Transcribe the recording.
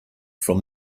from